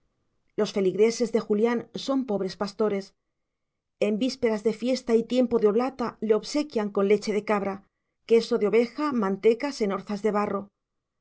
los feligreses de julián son pobres pastores en vísperas de fiesta y tiempo de oblata le obsequian con leche de cabra queso de oveja manteca en orzas de barro